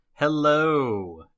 Hello